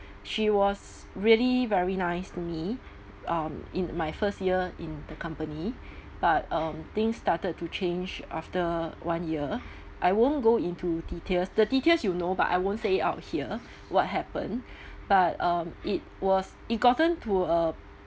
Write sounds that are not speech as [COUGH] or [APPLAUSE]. she was really very nice to me um in my first year in the company [BREATH] but um things started to change after one year I won't go into details the details you know but I won't say out here what happen [BREATH] but um it was it gotten to a